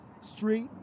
street